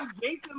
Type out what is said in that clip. Jason